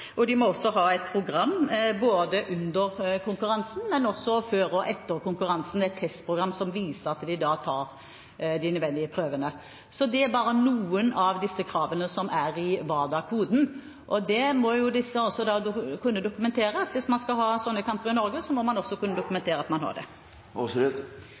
prøvene, de ulike testene som blir tatt, ordentlig, og de må også ha et testprogram, både under konkurransen og før og etter konkurransen, som viser at de tar de nødvendige prøvene. Dette er bare noen av kravene som er i WADA-koden, og det må jo disse kunne dokumentere, at hvis man skal ha sånne kamper i Norge, må man også kunne